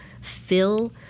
fill